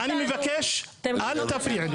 אני מבקש אל תפריעו לי.